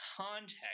context